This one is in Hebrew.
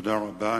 תודה רבה.